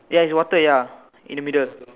ya is water ya in the middle